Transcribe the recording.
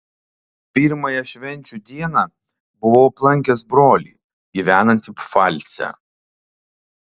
pirmąją švenčių dieną buvau aplankęs brolį gyvenantį pfalce